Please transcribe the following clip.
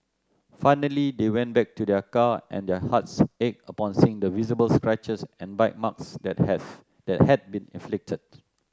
finally they went back to their car and their hearts ached upon seeing the visible scratches and bite marks that has that had been inflicted